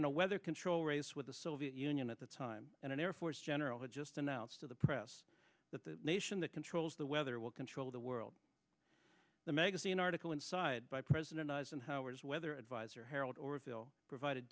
in a weather control race with the soviet union at the time and an air force general had just announced to the press that the nation that controls the weather will control the world the magazine article inside by president eisenhower's weather adviser harold orville provide